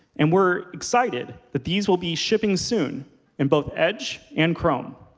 and we're excited that these will be shipping soon in both edge and chrome.